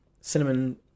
cinnamon